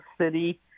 city